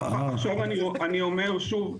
עכשיו אני אומר שוב,